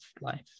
life